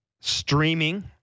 streaming